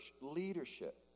leadership